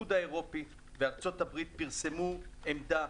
האיחוד האירופי וארצות הברית פרסמו עמדה